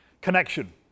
connection